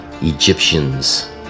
Egyptians